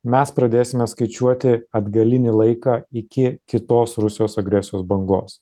mes pradėsime skaičiuoti atgalinį laiką iki kitos rusijos agresijos bangos